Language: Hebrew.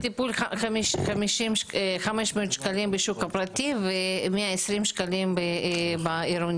טיפול עולה 500 שקלים בשוק הפרטי ו-120 שקלים בעירוני,